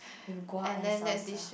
with guac and salsa